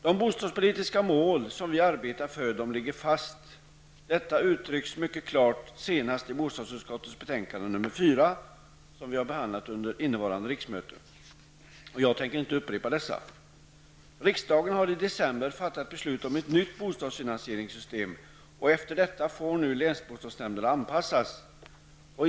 De bostadspolitiska mål som vi arbetar för ligger fast. Detta har uttryckts mycket klart, senast i bostadsutskottets betänkande nr 4 som vi har behandlat under innevarande riksmöte. Jag tänker inte upprepa detta. Riksdagen fattade i december beslut om ett nytt bostadsfinansieringssystem, efter vilket länsbostadsnämnderna nu får anpassas.